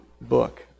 book